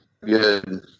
good